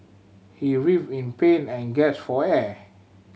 he writhed in pain and gasped for air